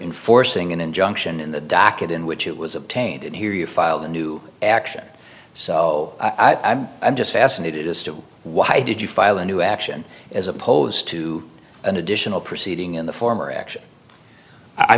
in forcing an injunction in the docket in which it was obtained and here you filed a new action so i'm just fascinated as to why did you file a new action as opposed to an additional proceeding in the former